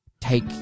take